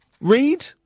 read